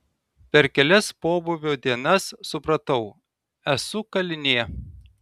per kelias pobūvio dienas supratau esu kalinė